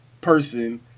person